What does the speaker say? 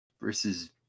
versus